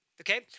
Okay